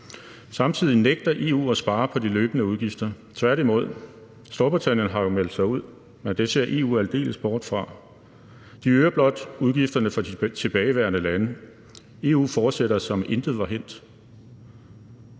Samtidig nægter EU at spare på de løbende udgifter, tværtimod. Storbritannien har jo meldt sig ud, men det ser EU aldeles bort fra. De øger blot udgifterne for de tilbageværende lande. EU fortsætter, som om intet var hændt.